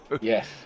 Yes